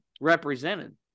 represented